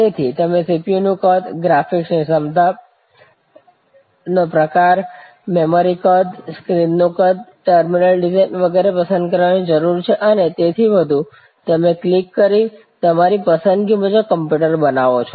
તેથી તમે CPU નું કદ ગ્રાફિક ક્ષમતાનો પ્રકાર મેમરી કદ સ્ક્રીનનું કદ ટર્મિનલ ડિઝાઇન વગેરે પસંદ કરવાની જરૂર છે અને તેથી વધુ તમે ક્લિક કરી તમારી પસંદગી મુજબ કમ્પ્યુટર બનાવો છો